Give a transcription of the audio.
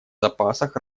запасах